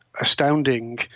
astounding